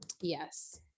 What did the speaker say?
Yes